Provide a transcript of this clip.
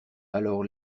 alors